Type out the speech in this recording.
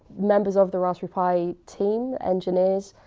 members of the raspberry pi team, engineers,